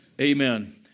Amen